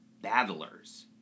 battlers